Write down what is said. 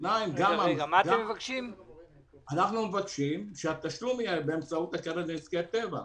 אנחנו מבקשים שהתשלום יהיה באמצעות הקרן לנזקי טבע.